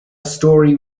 story